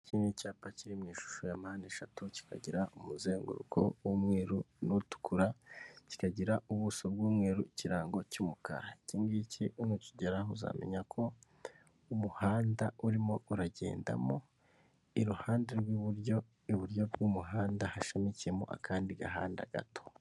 Iki ni cyapa kiri mu ishusho ya mpande eshatu, kikagira umuzenguruko w'umweru n'utukura, kikagira ubuso bw'umweru, ikirango cy'umukara, iki ngiki nukigeraho uzamenya ko umuhanda urimo uragendamo, iruhande rw'iburyo, iburyo bw'umuhanda hashamikiyemo akandi gahanda gato.